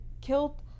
killed